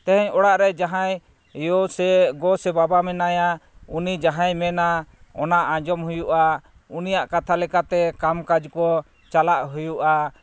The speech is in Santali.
ᱛᱮᱦᱮᱧ ᱚᱲᱟᱜ ᱨᱮ ᱡᱟᱦᱟᱭ ᱭᱳ ᱥᱮ ᱜᱚ ᱥᱮ ᱵᱟᱵᱟ ᱢᱮᱱᱟᱭᱟ ᱩᱱᱤ ᱡᱟᱦᱟᱭ ᱢᱮᱱᱟ ᱚᱱᱟ ᱟᱸᱡᱚᱢ ᱦᱩᱭᱩᱜᱼᱟ ᱩᱱᱤᱭᱟᱜ ᱠᱟᱛᱷᱟ ᱞᱮᱠᱟᱛᱮ ᱠᱟᱢ ᱠᱟᱡᱽ ᱠᱚ ᱪᱟᱞᱟᱜ ᱦᱩᱭᱩᱜᱼᱟ